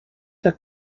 der